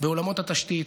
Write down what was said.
בעולמות התשתית,